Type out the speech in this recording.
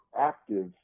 active